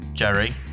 Jerry